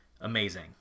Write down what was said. amazing